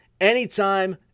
anytime